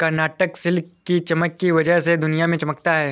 Karnataka silk की चमक की वजह से दुनिया में चमकता है